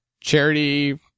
charity